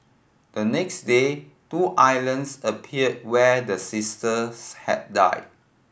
the next day two islands appeared where the sisters had died